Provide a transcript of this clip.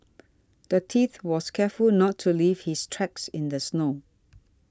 the thief was careful to not leave his tracks in the snow